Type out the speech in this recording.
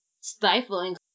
stifling